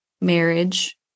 marriage